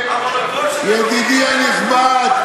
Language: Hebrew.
ידידי הנכבד,